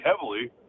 heavily